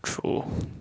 true